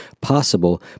possible